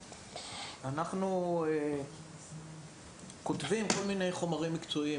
אנחנו כותבים כל מיני חומרים מקצועיים,